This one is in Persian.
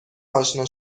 اشنا